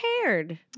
prepared